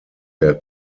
der